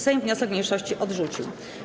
Sejm wniosek mniejszości odrzucił.